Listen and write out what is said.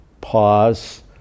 pause